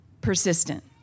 persistent